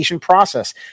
Process